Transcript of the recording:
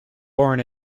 born